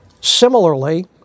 Similarly